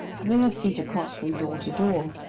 having a seat across from door to door,